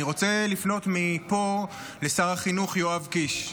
אני רוצה לפנות מפה לשר החינוך יואב קיש.